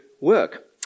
Work